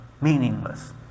meaningless